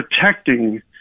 protecting